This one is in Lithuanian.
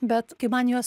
bet kai man juos